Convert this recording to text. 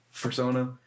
persona